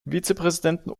vizepräsidenten